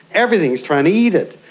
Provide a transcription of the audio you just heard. everything is trying to eat it.